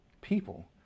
people